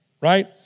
right